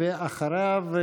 אחריו,